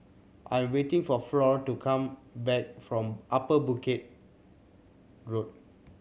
I'm waiting for Flor to come back from Upper Bedok Road